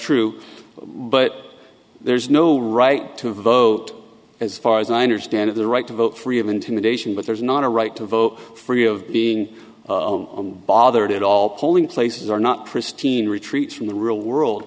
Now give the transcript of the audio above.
true but there's no right to vote as far as i understand of the right to vote free of intimidation but there's not a right to vote for you of being bothered at all polling places are not pristine retreats from the real world